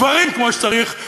גברים כמו שצריך,